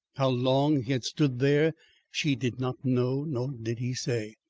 how long he had stood there she did not know, nor did he say.